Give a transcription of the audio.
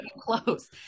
close